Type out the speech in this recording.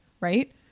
right